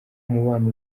umubano